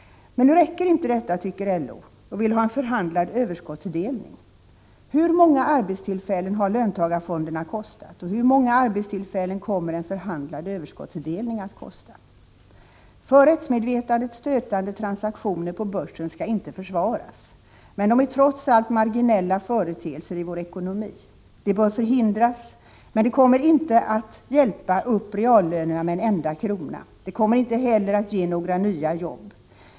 Men detta räcker inte, tycker nu LO, och vill ha en förhandlad överskottsdelning. Hur många arbetstillfällen har löntagarfonderna kostat och hur många arbetstillfällen kommer en förhandlad överskottsdelning att kosta? För rättsmedvetandet stötande transaktioner på börsen skall inte försvaras, men de är trots allt marginella företeelser i vår ekonomi. De bör förhindras, men det kommer inte att hjälpa upp reallönerna med en enda krona. Det kommer inte heller att ge några nya jobb.